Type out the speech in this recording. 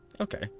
Okay